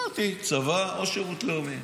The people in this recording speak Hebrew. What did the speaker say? אמרתי: צבא או שירות לאומי.